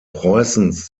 preußens